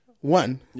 One